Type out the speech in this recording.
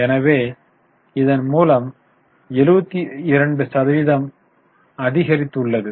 எனவே இதன் மூலம் 72 சதவீதம் கிடைத்துள்ளது